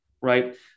Right